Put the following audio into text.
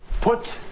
Put